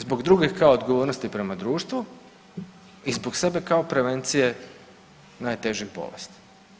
Zbog drugih kao odgovornosti prema društvu i zbog sebe kao prevencije najtežih bolesti.